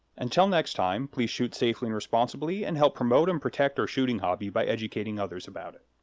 until next time, please shoot safely and responsibly, and help promote and protect our shooting hobby by educating others about it.